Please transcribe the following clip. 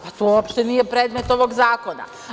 Pa, to uopšte nije predmet ovog zakona.